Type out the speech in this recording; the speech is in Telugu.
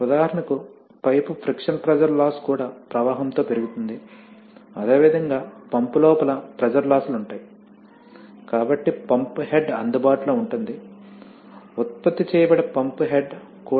ఉదాహరణకు పైపు ఫ్రిక్షన్ ప్రెషర్ లాస్ కూడా ప్రవాహంతో పెరుగుతుంది అదేవిధంగా పంపు లోపల ప్రెషర్ లాస్ లు ఉంటాయి కాబట్టి పంప్ హెడ్ అందుబాటులో ఉంటుంది ఉత్పత్తి చేయబడే పంప్ హెడ్ కూడా తక్కువగా ఉంటుంది